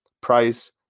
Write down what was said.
price